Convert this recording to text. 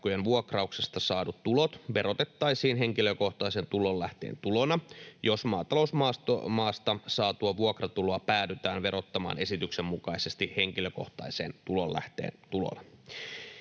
vuokrauksesta saadut tulot verotettaisiin henkilökohtaisen tulonlähteen tulona, jos maatalousmaasta saatua vuokratuloa päädytään verottamaan esityksen mukaisesti henkilökohtaisen tulonlähteen tulona.